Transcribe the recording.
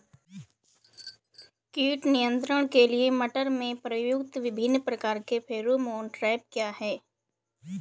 कीट नियंत्रण के लिए मटर में प्रयुक्त विभिन्न प्रकार के फेरोमोन ट्रैप क्या है?